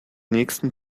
nächsten